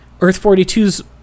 Earth-42's